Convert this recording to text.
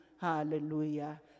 Hallelujah